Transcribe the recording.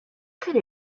could